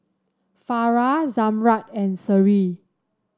Farah Zamrud and Seri